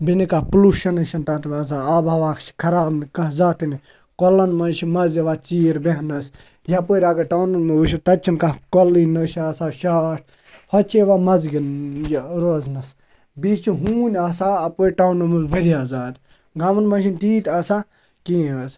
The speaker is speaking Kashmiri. بیٚیہِ نہٕ کانٛہہ پُلوٗشَن حظ چھِنہٕ تَتھ منٛز آب ہوا چھِ خراب نہٕ کانٛہہ ذاتنٕے کۄلَن منٛز چھِ مَزٕ یِوان ژیٖر بیٚہنَس یَپٲرۍ اَگَر ٹاونَن منٛز وٕچھو تَتہِ چھِنہٕ کانٛہہ کۄلٕنۍ نہ چھِ آسان شاٹھ ہۄتہِ چھِ یِوان مَزٕ گِنٛدنہٕ یہِ روزنَس بیٚیہِ چھِ ہوٗنۍ آسان اَپٲرۍ ٹاونَن منٛز واریاہ زیادٕ گامَن منٛز چھِنہٕ تیٖتۍ آسان کِہیٖنۍ حظ